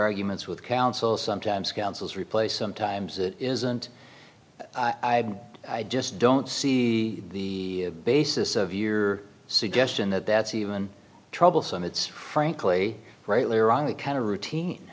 arguments with counsel sometimes counsels replace sometimes it isn't i had i just don't see the basis of your suggestion that that's even troublesome it's frankly rightly or wrongly kind of routine